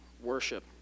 worship